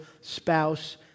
spouse